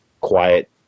quiet